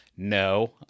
no